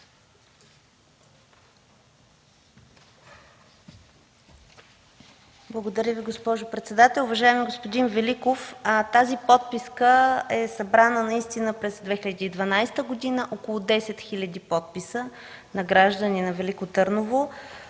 Благодаря Ви, госпожо председател. Уважаеми господин Великов, тази подписка е събрана през 2012 г., има около 10 хил. подписа на граждани на Велико Търново.